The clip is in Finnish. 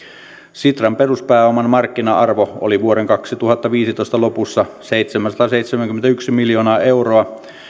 sitran peruspääoman markkina arvo oli vuoden kaksituhattaviisitoista lopussa seitsemänsataaseitsemänkymmentäyksi miljoonaa euroa